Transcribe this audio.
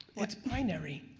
it's binary.